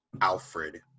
Alfred